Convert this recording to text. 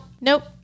nope